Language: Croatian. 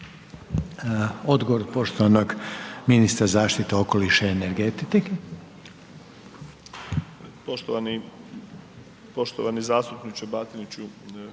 Odgovor poštovanog ministra zaštite okoliša i energetike.